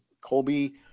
Colby